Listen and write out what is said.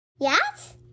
Yes